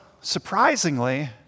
surprisingly